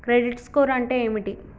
Credit score అంటే ఏమిటి?